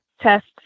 test